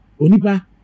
Onipa